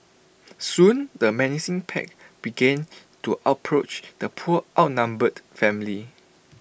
soon the menacing pack began to approach the poor outnumbered family